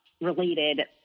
related